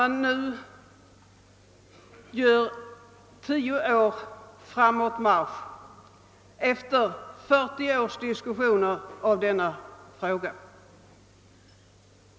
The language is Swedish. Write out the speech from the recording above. Man gör nu tio år framåt marsch efter över fyrtio års diskuterande av denna fråga.